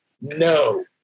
no